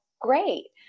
great